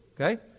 Okay